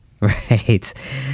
Right